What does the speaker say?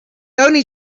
only